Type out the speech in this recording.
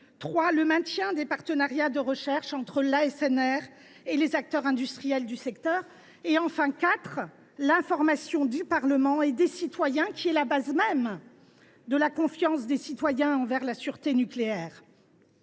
sur le maintien des partenariats de recherche entre l’ASNR et les acteurs industriels du secteur, et, enfin, sur l’information du Parlement et des citoyens, qui est le fondement même de la confiance des citoyens envers la sûreté nucléaire.